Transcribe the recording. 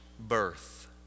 birth